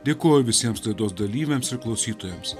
dėkojo visiems laidos dalyviams ir klausytojams